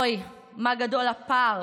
אוי, מה גדול הפער